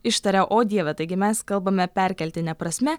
ištaria o dieve taigi mes kalbame perkeltine prasme